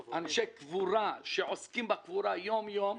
שכר וכך גם אנשי קבורה שעוסקים בקבורה יום-יום.